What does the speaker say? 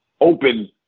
open